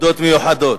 תודות מיוחדות.